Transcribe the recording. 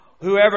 Whoever